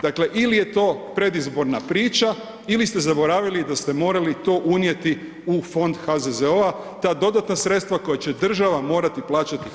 Dakle ili je to predizborna priča ili ste zaboravili da ste morali to unijeti u fond HZZO-a ta dodatna sredstva koja će država morati plaćati HZZO-u.